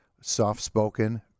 soft-spoken